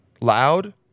loud